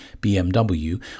BMW